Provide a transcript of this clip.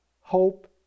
hope